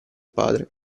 padre